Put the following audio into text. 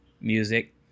music